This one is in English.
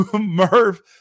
Merv